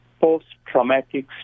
post-traumatic